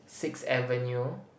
Sixth Avenue